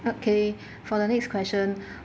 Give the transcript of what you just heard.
okay for the next question